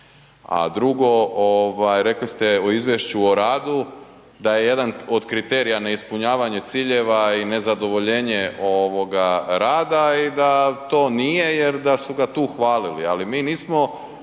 A drugo, rekli ste u izvješću o radu da je jedan od kriterija neispunjavanje ciljeva i nezadovoljenje rada i da to nije jer su ga tu hvalili,